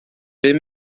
bum